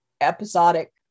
episodic